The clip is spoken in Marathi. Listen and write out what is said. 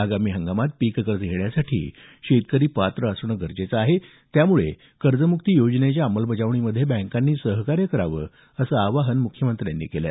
आगामी खरीप हंगामात पीक कर्ज घेण्यासाठी शेतकरी पात्र असणं गरजेचं आहे त्यामुळे कर्जम्क्ती योजनेच्या अंमलबजावणीमध्ये बँकांनी सहकार्य करावं असं आवाहन त्यांनी केलं